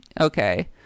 Okay